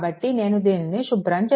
కాబట్టి నేను దీనిని శుభ్రం చేస్తాను